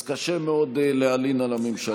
אז קשה מאוד להלין על הממשלה.